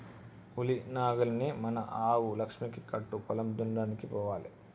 ఉలి నాగలిని మన ఆవు లక్ష్మికి కట్టు పొలం దున్నడానికి పోవాలే